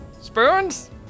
spoons